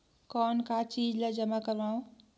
कौन का चीज ला जमा करवाओ?